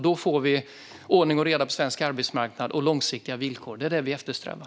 Då får vi ordning och reda på svensk arbetsmarknad och långsiktiga villkor. Det är det vi eftersträvar.